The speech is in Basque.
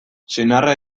senarra